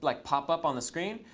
like pop up on the screen,